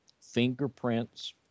fingerprints